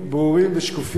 ברורים ושקופים,